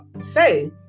say